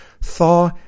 thaw